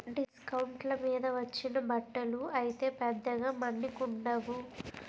డిస్కౌంట్ల మీద వచ్చిన బట్టలు అయితే పెద్దగా మన్నికుండవు